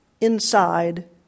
inside